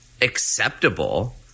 acceptable